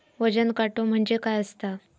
वजन काटो म्हणजे काय असता?